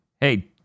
Hey